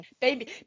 baby